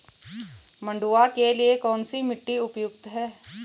मंडुवा के लिए कौन सी मिट्टी उपयुक्त है?